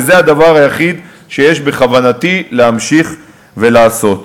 וזה הדבר היחיד שיש בכוונתי להמשיך ולעשות.